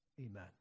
amen